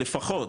לפחות,